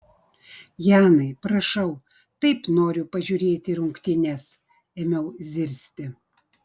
janai prašau taip noriu pažiūrėti rungtynes ėmiau zirzti